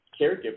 caregiver